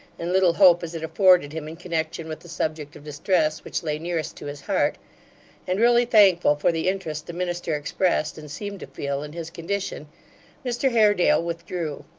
and little hope as it afforded him in connection with the subject of distress which lay nearest to his heart and really thankful for the interest the minister expressed, and seemed to feel, in his condition mr haredale withdrew.